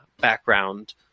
background